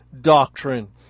doctrine